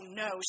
no